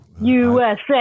usa